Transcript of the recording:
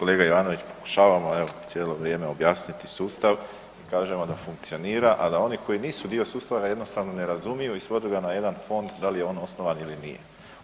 Kolega Ivanović, pokušavamo evo cijelo vrijeme objasniti sustav, kažemo da funkcionira a da oni koji nisu dio sustava, da jednostavno ne razumiju i svode ga na jedan fond da li je on osnovan ili nije.